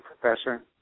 Professor